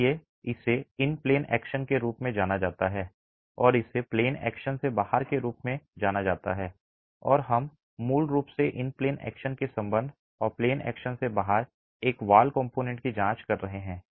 इसलिए इसे in plane action के रूप में जाना जाता है और इसे प्लेन एक्शन से बाहर के रूप में जाना जाता है और हम मूल रूप से इन प्लेन एक्शन के संबंध में और प्लेन एक्शन से बाहर एक वॉल कंपोनेंट की जांच कर रहे हैं